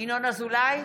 ינון אזולאי,